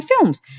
films